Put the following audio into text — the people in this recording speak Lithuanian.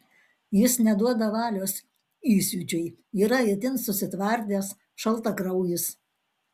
jis neduoda valios įsiūčiui yra itin susitvardęs šaltakraujis